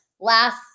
Last